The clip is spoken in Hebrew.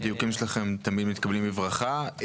הדיוקים שלכם תמיד מתקבלים בברכה.